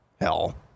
hell